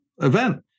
event